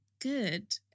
Good